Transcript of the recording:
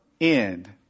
end